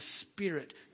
Spirit